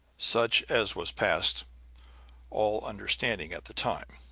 such as was past all understanding at the time